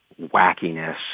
wackiness